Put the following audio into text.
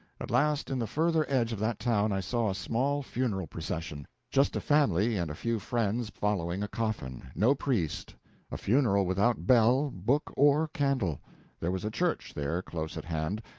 at last, in the further edge of that town i saw a small funeral procession just a family and a few friends following a coffin no priest a funeral without bell, book, or candle there was a church there close at hand,